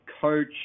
coach